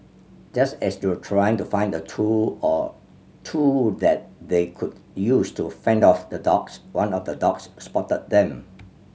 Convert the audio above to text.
just as they were trying to find a tool or two that they could use to fend off the dogs one of the dogs spotted them